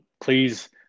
please